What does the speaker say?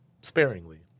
sparingly